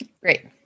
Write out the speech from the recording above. Great